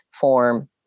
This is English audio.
form